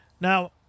Now